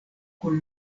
kun